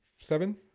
seven